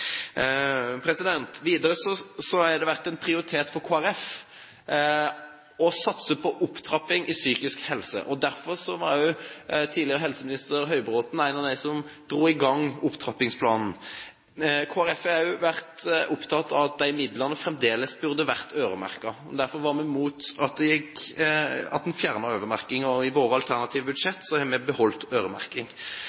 det vært en prioritet for Kristelig Folkeparti å satse på opptrapping innen psykisk helse. Derfor var tidligere helseminister Høybråten en av dem som dro i gang opptrappingsplanen. Kristelig Folkeparti har også vært opptatt av at disse midlene fremdeles burde vært øremerket. Derfor var vi imot å fjerne øremerking. I vårt alternative budsjett har vi beholdt øremerking, fordi forebygging og